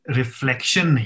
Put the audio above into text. reflection